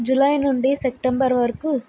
July నుండి September వరకు